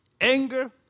anger